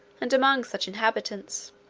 and among such inhabitants.